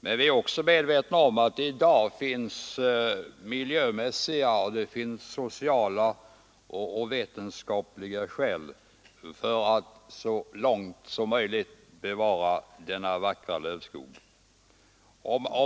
Men vi är också medvetna om att det i dag finns miljömässiga, sociala och vetenskapliga skäl för att så långt som möjligt bevara denna vackra lövskog.